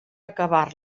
acabar